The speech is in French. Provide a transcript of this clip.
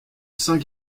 saint